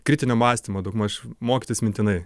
kritinio mąstymo daugmaž mokytis mintinai